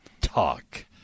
Talk